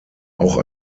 auch